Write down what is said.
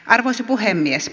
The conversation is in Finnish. arvoisa puhemies